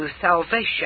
salvation